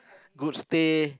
good stay